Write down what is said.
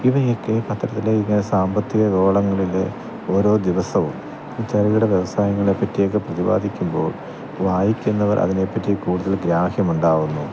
ഇവയൊക്കെ പത്രത്തിൻ്റെ ഇങ്ങനെ സാമ്പത്തിക കോളങ്ങളില് ഓരോ ദിവസവും ചെറുകിട വ്യവസായങ്ങളെ പറ്റിയൊക്കെ പ്രതിപാദിക്കുമ്പോൾ വായിക്കുന്നവർ അതിനെപ്പറ്റി കൂടുതൽ ഗ്രാഹ്യമുണ്ടാവുന്നു